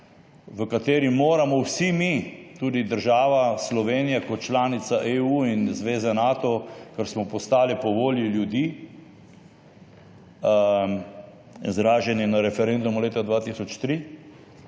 v kateri moramo vsi mi, tudi država Slovenija kot članica EU in zveze Nato, kar smo postali po volji ljudi, izraženi na referendumu leta 2003,